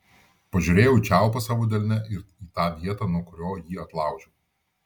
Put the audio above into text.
pažiūrėjau į čiaupą savo delne ir į tą vietą nuo kurio jį atlaužiau